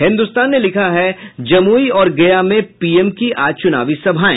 हिन्दुस्तान ने लिखा है जमुई और गया में पीएम की आज चुनावी सभायें